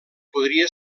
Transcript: podria